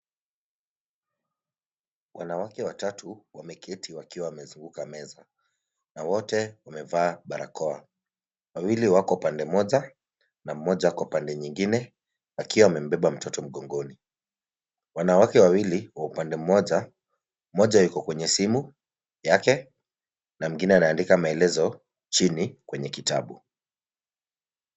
Wanawake watatu wameketi wakiwa wamezunguka meza, na wote wamevaa barakoa. Wawili wako pande moja na mmoja ako pande nyingine akiwa amembeba mtoto mgongoni. Wanawake wawili wa upande mmoja , mmoja yuko kwenye simu yake na mwingine anaandika maelezo chini kwenye kitabu.